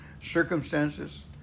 circumstances